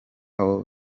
abo